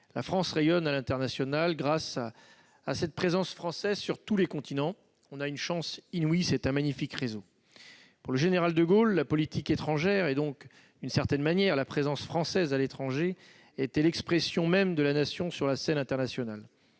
La France rayonne à l'international grâce à cette présence française sur tous les continents. Nous avons une chance inouïe : c'est un magnifique réseau. Pour le général de Gaulle, la politique étrangère et donc, une certaine manière, la présence française à l'étranger était l'expression même de la Nation sur la scène internationale